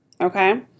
okay